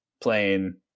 playing